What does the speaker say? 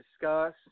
discuss